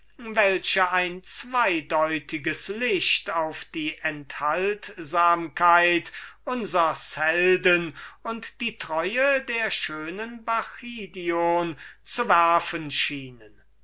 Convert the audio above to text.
die ein zweideutiges licht auf die enthaltsamkeit unsers helden und die treue der schönen bacchidion zu werfen schienen